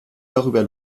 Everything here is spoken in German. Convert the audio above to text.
darüber